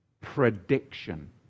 Prediction